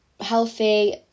healthy